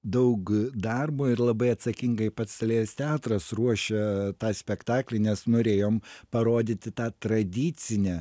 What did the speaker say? daug darbo ir labai atsakingai pats lėlės teatras ruošė tą spektaklį nes norėjom parodyti tą tradicinę